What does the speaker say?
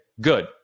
Good